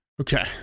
Okay